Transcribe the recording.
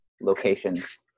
locations